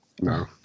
No